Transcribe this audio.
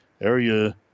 Area